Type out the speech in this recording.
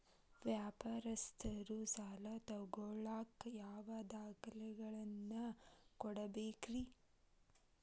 ವ್ಯಾಪಾರಸ್ಥರು ಸಾಲ ತಗೋಳಾಕ್ ಯಾವ ದಾಖಲೆಗಳನ್ನ ಕೊಡಬೇಕ್ರಿ?